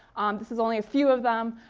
this is only a few of them.